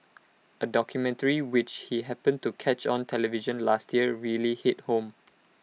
A documentary which he happened to catch on television last year really hit home